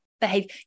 behavior